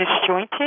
disjointed